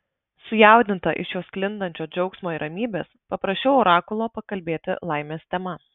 sujaudinta iš jo sklindančio džiaugsmo ir ramybės paprašiau orakulo pakalbėti laimės tema